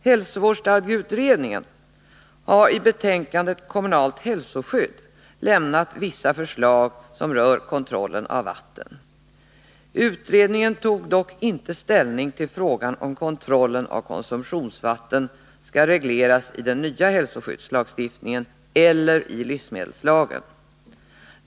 Hälsovårdsstadgeutredningen har i betänkandet Kommunalt hälsoskydd lämnat vissa förslag som rör kontrollen av vatten. Utredningen tog dock inte ställning till frågan om kontrollen av konsumtionsvatten skall regleras i den nya hälsoskyddslagstiftningen eller i livsmedelslagen.